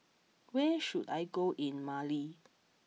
where should I go in Mali